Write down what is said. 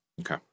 Okay